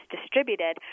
distributed